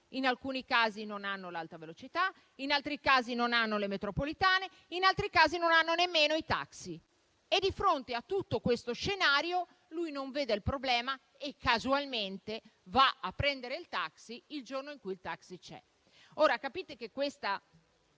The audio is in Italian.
in alcuni casi non hanno l'Alta velocità, in altri casi non hanno le metropolitane, in altri casi non hanno nemmeno i taxi. Di fronte a tutto questo scenario lui non vede il problema e casualmente va a prendere il taxi il giorno in cui il taxi c'è.